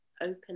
open